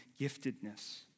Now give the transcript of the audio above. giftedness